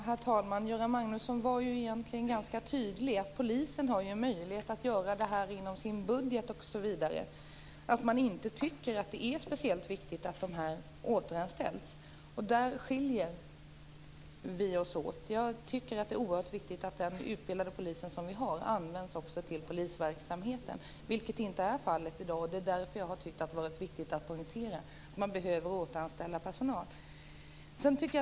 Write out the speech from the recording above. Herr talman! När det gäller polisens möjligheter att rekrytera civilanställda inom sin budget osv. visade Göran Magnusson ganska tydligt att man inte tycker att det är speciellt viktigt att återanställa de civilanställda. Där skiljer vi oss åt. Jag tycker att det är oerhört viktigt att den utbildade polis som finns också används i polisverksamheten, vilket inte är fallet i dag. Det är därför som jag har tyckt att det har varit viktigt att poängtera behovet av att återanställa personal.